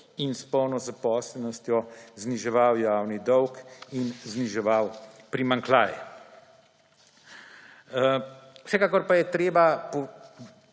in polno zaposlenostjo zniževal javni dolg in zniževal primanjkljaj. Vsekakor je treba